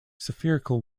spherical